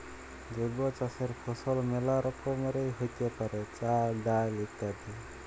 জৈব চাসের ফসল মেলা রকমেরই হ্যতে পারে, চাল, ডাল ইত্যাদি